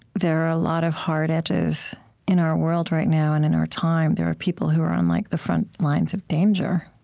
there are a lot of hard edges in our world right now and in our time there are people who are on like the front lines of danger.